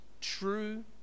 True